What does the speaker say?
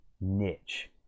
niche